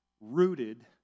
rooted